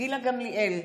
גילה גמליאל,